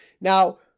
Now